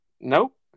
Nope